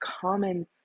common